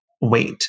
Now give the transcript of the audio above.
wait